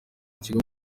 kigo